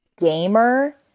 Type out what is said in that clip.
gamer